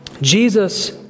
Jesus